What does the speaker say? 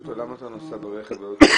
שאלתי אותו למה הוא נוסע ברכב ולא ברכבת,